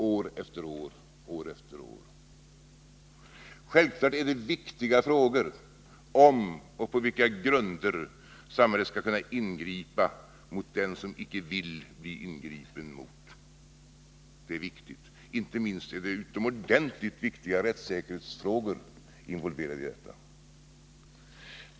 Självfallet rör det sig om viktiga frågor om och på vilka grunder samhället skall kunna ingripa mot den som inte vill bli föremål för något ingripande. Det är viktigt; inte minst är utomordentligt viktiga rättssäkerhetsfrågor involverade.